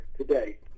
today